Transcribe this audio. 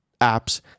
apps